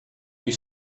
you